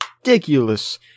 ridiculous